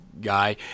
guy